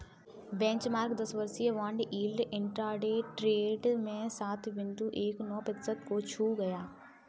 benchmark दस वर्षीय bond yield intraday trade में सात बिंदु एक नौ प्रतिशत को छू गया